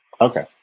Okay